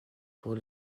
pour